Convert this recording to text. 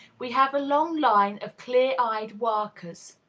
we have a long line of clear-eyed workers.